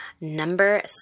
Number